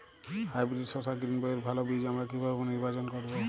Hybrid শসা গ্রীনবইয়ের ভালো বীজ আমরা কিভাবে নির্বাচন করব?